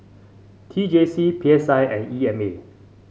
T J C P S I and E M A